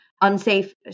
unsafe